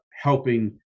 helping